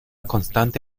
constante